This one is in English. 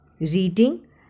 Reading